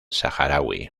saharaui